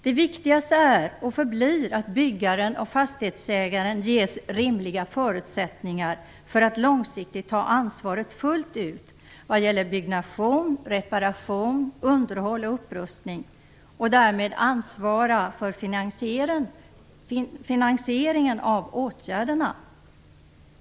Det viktigaste är och förblir att byggaren och fastighetsägaren ges rimliga förutsättningar för att långsiktigt ta ansvaret fullt ut vad gäller byggnation, reparation, underhåll och upprustning och därmed ansvara för finansieringen av åtgärderna.